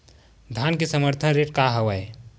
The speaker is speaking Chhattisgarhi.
धान के समर्थन रेट का हवाय?